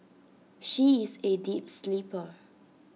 she is A deep sleeper